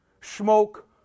Smoke